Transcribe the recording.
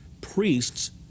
priests